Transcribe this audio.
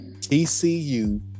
TCU